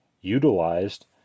utilized